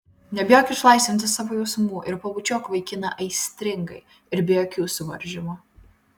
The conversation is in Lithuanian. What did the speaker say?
nebijok išlaisvinti savo jausmų ir pabučiuok vaikiną aistringai ir be jokių suvaržymų